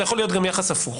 זה יכול להיות גם יחס הפוך.